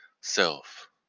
Self